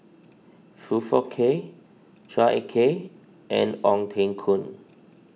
Foong Fook Kay Chua Ek Kay and Ong Teng Koon